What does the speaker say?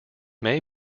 may